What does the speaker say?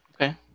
Okay